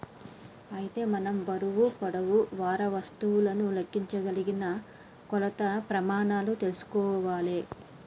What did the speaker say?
అయితే మనం బరువు పొడవు వారా వస్తువులను లెక్కించగలిగిన కొలత ప్రెమానాలు తెల్సుకోవాలే